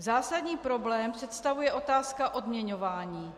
Zásadní problém představuje otázka odměňování.